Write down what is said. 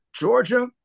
Georgia